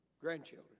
grandchildren